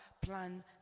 plan